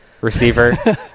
receiver